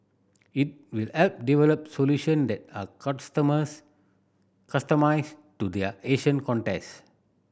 it will help develop solution that are customised to there Asian context